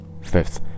Fifth